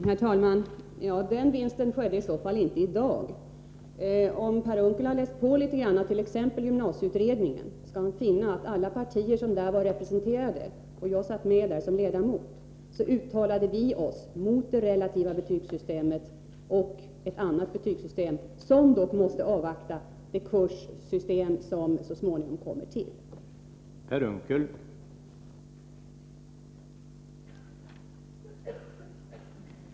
Herr talman! Någon sådan seger har man i alla fall inte vunnit i dag. Om Per Unckel läser t.ex. gymnasieutredningens betänkande, skall han finna att alla partier som var representerade där — jag satt själv med som ledamot — uttalade sig mot det relativa betygssystemet och för ett annat betygssystem. Dock måste man avvakta det kurssystem som så småningom kommer att arbetas fram.